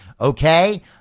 Okay